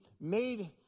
made